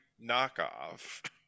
knockoff